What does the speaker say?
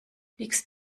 liegst